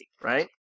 right